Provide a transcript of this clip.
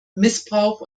missbrauch